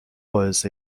باعث